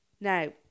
Now